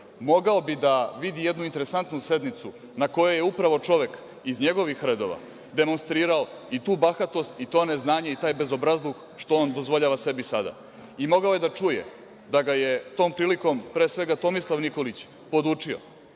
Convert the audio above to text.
mogao bi da vidi jednu interesantnu sednicu na kojoj je upravo čovek iz njegovih redova demonstrirao i tu bahatost i to neznanje i taj bezobrazluk što on dozvoljava sebi sada. I mogao je da čuje da ga je tom prilikom pre svega Tomislav Nikolić podučio